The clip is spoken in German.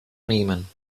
nehmen